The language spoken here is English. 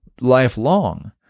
lifelong